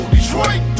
Detroit